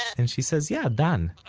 and she says, yeah, dan.